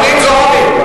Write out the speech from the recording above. חנין זועבי,